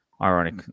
ironic